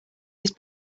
use